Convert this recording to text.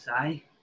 say